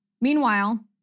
Meanwhile